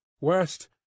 west